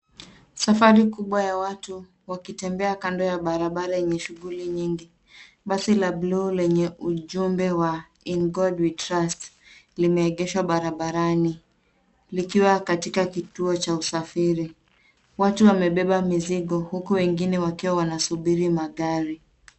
Safari kubwa ya watu wakitembea kando ya barabara yenye shughuli nyingi. Basi la bluu lenye ujumbe wa In God we Trust limeegeshwa barabarani likiwa katika kituo cha usafiri. Watu wamebeba mizigo huku wengine wakiwa wanasubiri magari.